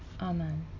Amen